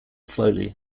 slowly